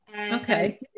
Okay